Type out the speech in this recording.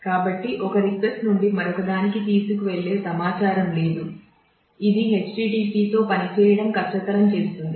కాబట్టి ఒక రిక్వెస్ట్ నుండి మరొకదానికి తీసుకువెళ్ళే సమాచారం లేదు ఇది http తో పనిచేయడం కష్టతరం చేస్తుంది